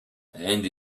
and